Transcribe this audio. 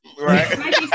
Right